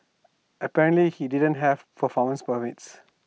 apparently he didn't have permits